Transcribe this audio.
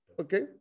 Okay